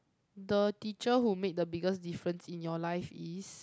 the teacher who made the biggest difference in your life is